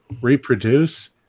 reproduce